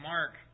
Mark